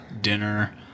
dinner